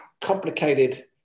complicated